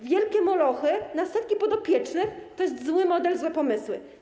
Wielkie molochy na setki podopiecznych to zły model, złe pomysły.